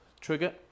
trigger